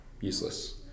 useless